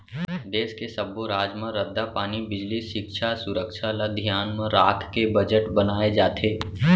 देस के सब्बो राज म रद्दा, पानी, बिजली, सिक्छा, सुरक्छा ल धियान राखके बजट बनाए जाथे